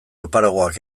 oparoagoak